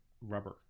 rubber